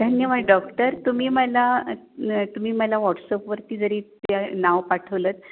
धन्यवाद डॉक्टर तुम्ही मला तुम्ही मला व्हॉट्सअपवरती जरी त्या नाव पाठवलं